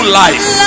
life